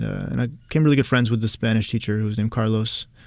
and i became really good friends with the spanish teacher who was named carlos,